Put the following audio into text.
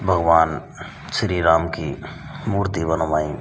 भगवान श्री राम की मूर्ति बनवाई